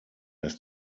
dass